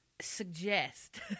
suggest